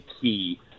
key